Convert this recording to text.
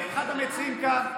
אחד המציעים כאן,